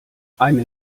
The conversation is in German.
eine